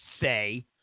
say